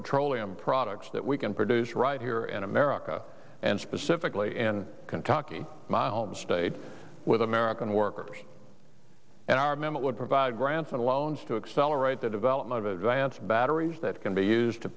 petroleum products that we can produce right here in america and specifically in kentucky my home state with american workers and our members would provide grants and loans to accelerate the development of advanced batteries that can be used to